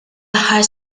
aħħar